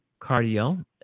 Cardio